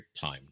time